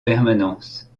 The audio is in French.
permanence